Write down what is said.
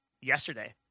yesterday